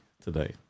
today